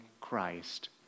Christ